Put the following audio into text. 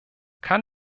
kann